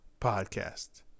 Podcast